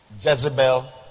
Jezebel